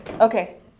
Okay